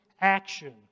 action